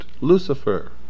Lucifer